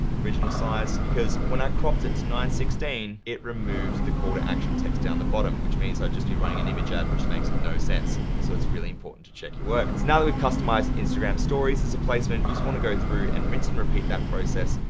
original size, because when i cropped it to nine hundred and sixteen, it removed the call to action text down the bottom. which means i'll just be running an image ad, which makes no sense. so, it's really important to check your work. so, now that we've customized instagram stories as a placement, you just wanna go through and rinse and repeat that process,